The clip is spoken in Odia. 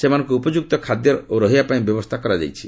ସେମାନଙ୍କୁ ଉପଯୁକ୍ତ ଖାଦ୍ୟ ଓ ରହିବା ପାଇଁ ବ୍ୟବସ୍ଥା କରାଯାଇଛି